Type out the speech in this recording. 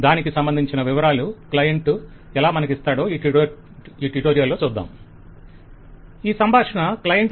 దాని సంబంధించిన requirements client ఎలా మనకిస్తాడో ఈ ట్యుటోరియల్లో చూద్దాం